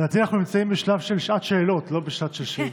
לדעתי אנחנו נמצאים בשעת שאלות, לא בשעת שאילתות.